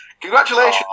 Congratulations